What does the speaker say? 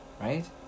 right